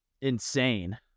insane